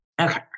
Okay